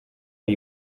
ari